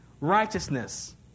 righteousness